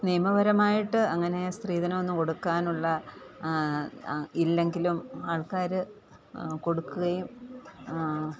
നിയമപരമായിട്ട് അങ്ങനെ സ്ത്രീധനം ഒന്നും കൊടുക്കാനുള്ള ഇല്ലെങ്കിലും ആൾക്കാർ കൊടുക്കുകയും